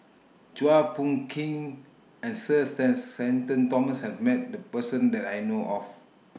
Chua Phung Kim and Sir Shenton Thomas has Met The Person that I know of